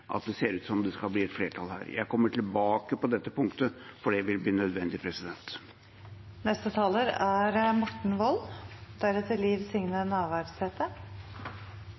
at det ser ut til å bli flertall for det. Jeg kommer tilbake på dette punktet, for det vil bli nødvendig. Fremskrittspartiet har alltid vært et parti som støtter ombudsmannsordninger. Dagen i dag er